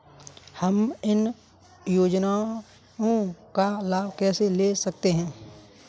हम इन योजनाओं का लाभ कैसे ले सकते हैं?